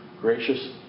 gracious